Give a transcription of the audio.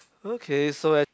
okay so ac~